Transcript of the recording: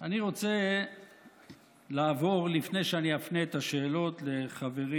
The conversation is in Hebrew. אני רוצה לעבור, לפני שאני אפנה את השאלות לחברי